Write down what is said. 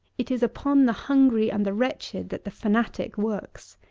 it is upon the hungry and the wretched that the fanatic works.